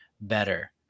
better